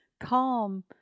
calm